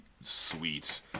sweet